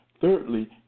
Thirdly